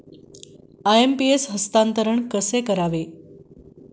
IMPS हस्तांतरण कसे करावे?